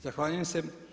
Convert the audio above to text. Zahvaljujem se.